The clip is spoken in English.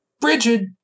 Bridget